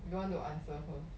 you want to answer her